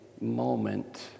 moment